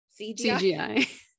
CGI